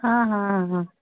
हँ हँ हँ